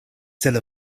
still